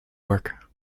work